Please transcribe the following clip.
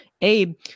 Abe